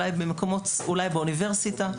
אולי באוניברסיטה,